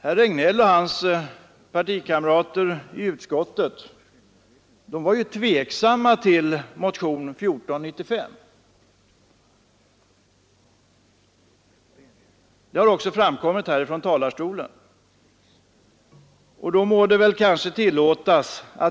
Herr Regnéll och hans partikamrater i utskottet ställde sig ju tveksamma till motionen 1495, och han har uttalat tveksamhet också från talarstolen.